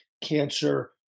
cancer